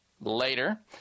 later